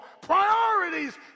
priorities